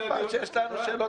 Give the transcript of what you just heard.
כל פעם שיש לנו שאלות,